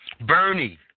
Bernie